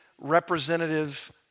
representative